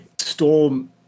Storm